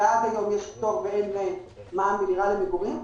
ועד היום יש פטור ואין מע"מ לדירה למגורים,